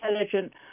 intelligent